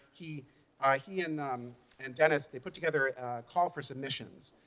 he ah he and um and dennis, they put together a call for submissions,